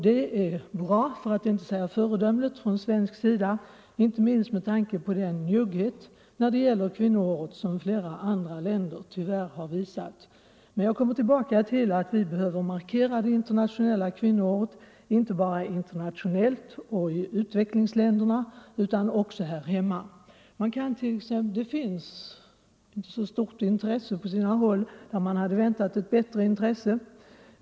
Detta är bra, för att inte säga föredömligt, inte minst med tanke på den njugghet när det gäller kvinnoåret som flera andra länder tyvärr har visat. Men jag kommer tillbaka till att vi behöver markera det internationella kvinnoåret inte bara internationellt och i utvecklingsländerna utan också här hemma. Intresset är inte så stort på sina håll. Man hade väntat ett bättre intresse.